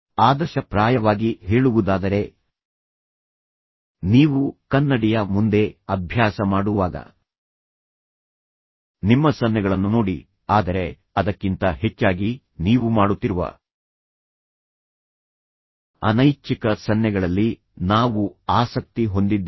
ಆದರ್ಶಪ್ರಾಯವಾಗಿ ಹೇಳುವುದಾದರೆ ನೀವು ಕನ್ನಡಿಯ ಮುಂದೆ ಅಭ್ಯಾಸ ಮಾಡುವಾಗ ನಿಮ್ಮ ಸನ್ನೆಗಳನ್ನು ನೋಡಿ ಆದರೆ ಅದಕ್ಕಿಂತ ಹೆಚ್ಚಾಗಿ ನೀವು ಮಾಡುತ್ತಿರುವ ಅನೈಚ್ಛಿಕ ಸನ್ನೆಗಳಲ್ಲಿ ನಾವು ಆಸಕ್ತಿ ಹೊಂದಿದ್ದೇವೆ